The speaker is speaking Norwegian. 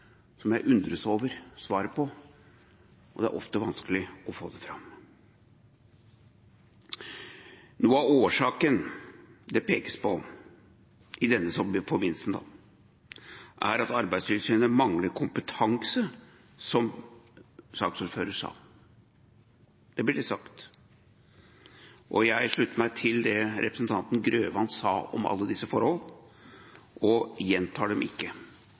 som jeg undres over svaret på, og det er ofte vanskelig å få det fram. Noe av årsaken det pekes på i denne forbindelse, er at Arbeidstilsynet mangler kompetanse, som saksordføreren sa – det er blitt sagt – og jeg slutter meg til det representanten Grøvan sa om alle disse forhold, og gjentar dem ikke.